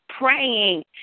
praying